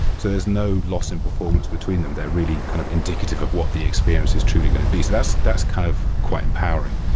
so there is no loss in performance between them. they're really kind of indicative of what the experience is truly going to be. so that's that's kind of quite empowering.